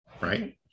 right